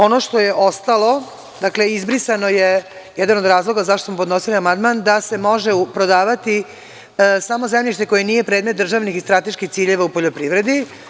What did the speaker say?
Ono što je ostalo, izbrisan je jedan od razloga što smo podnosili amandman da se može prodavati samo zemljište koje nije predmet državnih i strateških ciljeva u poljoprivredi.